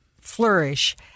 flourish